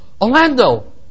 Orlando